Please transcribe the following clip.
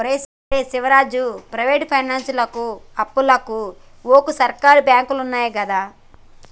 ఒరే శివరాజం, ప్రైవేటు పైనాన్సులకు అప్పుకు వోకు, సర్కారు బాంకులున్నయ్ గదా